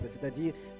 c'est-à-dire